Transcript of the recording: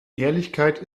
ehrlichkeit